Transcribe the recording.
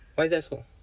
why is that so